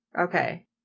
Okay